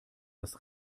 das